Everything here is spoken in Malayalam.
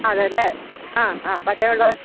അതേല്ലെ ആ ആ പട്ടയം ഉള്ളത്